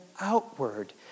outward